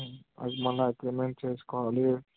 అది మళ్ళీ అగ్రిమెంట్ చేసుకోవాలి